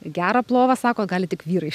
gerą plovą sako gali tik vyrai